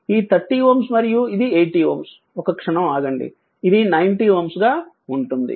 ఈ 30Ω మరియు ఇది 80Ω ఒక్క క్షణం ఆగండి ఇది 90Ω గా ఉంటుంది